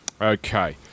Okay